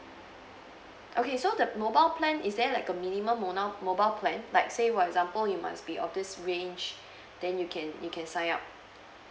okay so the mobile plan is there like a minimum mobile plan like say for example you must be of this range then you can you can sign up